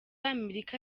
amerika